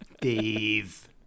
Dave